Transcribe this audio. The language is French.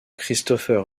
christopher